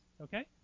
Okay